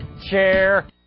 chair